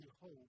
hope